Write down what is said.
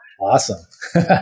Awesome